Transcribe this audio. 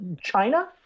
China